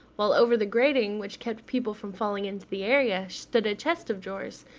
while over the grating which kept people from falling into the area, stood a chest of drawers,